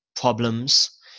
problems